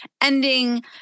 ending